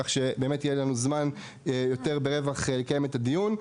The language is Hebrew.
כך שבאמת יהיה לנו זמן ברווח לקיים את הדיון.